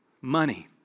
money